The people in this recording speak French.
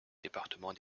département